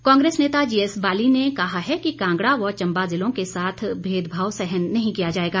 बाली Congress नेता जीएसबाली ने कहा है कि कांगड़ा व चंबा जिलों के साथ भेदभाव सहन नहीं किया जाएगा